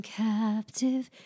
captive